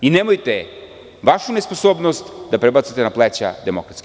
Nemojte vašu nesposobnost da prebacite na pleća DS.